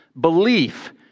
belief